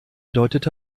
deutete